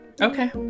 Okay